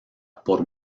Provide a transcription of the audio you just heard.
por